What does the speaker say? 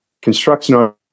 Construction